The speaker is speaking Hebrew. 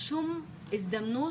שום הזדמנות,